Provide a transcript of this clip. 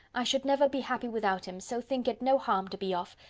i should never be happy without him, so think it no harm to be off.